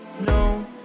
No